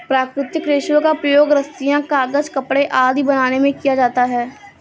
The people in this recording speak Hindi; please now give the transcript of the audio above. प्राकृतिक रेशों का प्रयोग रस्सियॉँ, कागज़, कपड़े आदि बनाने में किया जाता है